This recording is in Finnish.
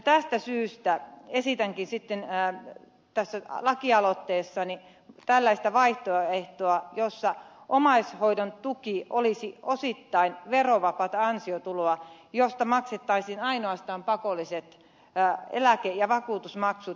tästä syystä esitänkin tässä lakialoitteessani tällaista vaihtoehtoa jossa omaishoidon tuki olisi osittain verovapaata ansiotuloa josta maksettaisiin ainoastaan pakolliset eläke ja vakuutusmaksut